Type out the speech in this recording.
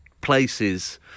places